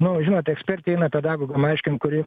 nu va žinot ekspertė eina pedagogam aiškinti kuri